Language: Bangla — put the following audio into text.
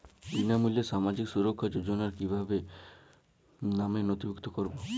বিনামূল্যে সামাজিক সুরক্ষা যোজনায় কিভাবে নামে নথিভুক্ত করবো?